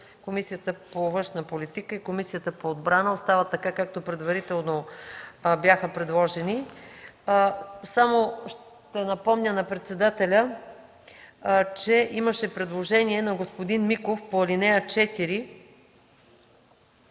Комисията по външна политика и Комисията по отбрана остават така, както предварително бяха предложени. Ще напомня на председателя, че имаше предложение на господин Миков по ал. 4